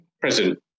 present